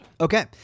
Okay